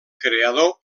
creador